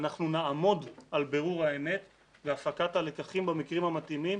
אנחנו נעמוד על בירור האמת והפקת הלקחים במקרים המתאימים,